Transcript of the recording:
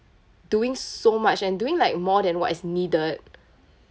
doing so much and doing like more than what is needed